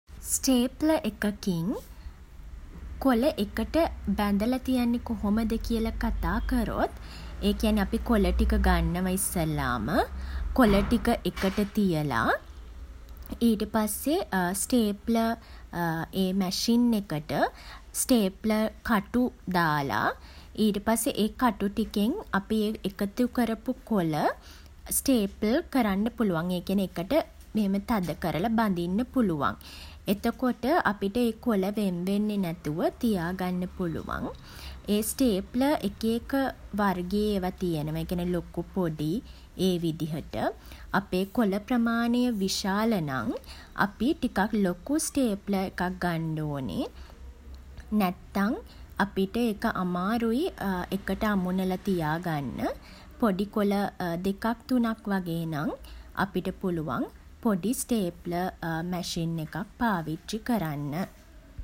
Stapler එකකින් කොළ එකට බැඳල තියෙන්නේ කොහොමද කියලා කතා කරොත්, ඒ කියන්නේ අපි කොළ ටික ගන්නව ඉස්සෙල්ලාම. කොළ ටික එකට තියලා, ඊට පස්සේ ස්ටේප්ලර් ඒ මැෂින් එකට ස්ටේප්ලර් කටු දාලා, ඊට පස්සේ ඒ කටු ටිකෙන් අපි එකතු කරපු කොළ ස්ටේප්ල් කරන්න පුළුවන්. ඒ කියන්නෙ එකට මෙහෙම තද කරලා බඳින්න පුළුවන්. එතකොට අපිට ඒ කොළ වෙන් වෙන්නෙ නැතුව තියාගන්න පුළුවන්. ඒ ස්ටේප්ලර් එක එක වර්ගයේ ඒවා තියෙනවා. ඒ කියන්නේ ලොකු පොඩි ඒ විදිහට. අපේ කොළ ප්‍රමාණය විශාල නම්, අපි ටිකක් ලොකු ස්ටේප්ලර් එකක් ගන්න ඕනේ. නැත්තං අපිට ඒක අමාරුයි එකට අමුණලා තියාගන්න. පොඩි කොළ දෙකක් තුනක් වගේ නම්, අපිට පුළුවන් පොඩි ස්ටේප්ලර් මැෂින් එකක් පාවිච්චි කරන්න.